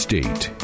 State